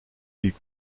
puis